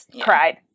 cried